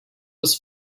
was